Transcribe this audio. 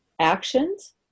actions